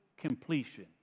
completion